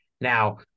Now